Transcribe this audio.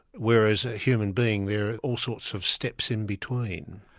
whereas a human being there are all sorts of steps in between.